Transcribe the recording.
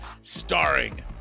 starring